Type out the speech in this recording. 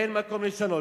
אין מקום לשנות.